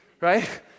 right